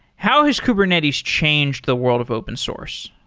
how has kubernetes changed the world of open source?